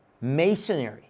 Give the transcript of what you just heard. masonry